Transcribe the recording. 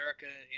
america